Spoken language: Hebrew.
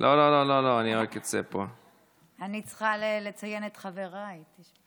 אני צריכה לציין את חבריי.